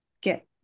get